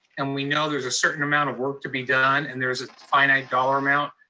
and we know there's a certain amount of work to be done, and there's a finite dollar amount,